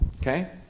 Okay